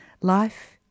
Life